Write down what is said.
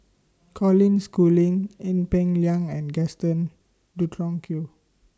Colin Schooling Ee Peng Liang and Gaston Dutronquoy